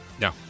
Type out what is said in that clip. No